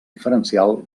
diferencial